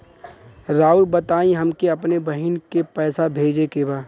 राउर बताई हमके अपने बहिन के पैसा भेजे के बा?